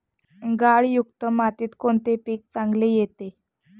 गाळयुक्त मातीत कोणते पीक चांगले येते?